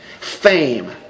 fame